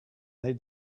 they